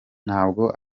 ntabwo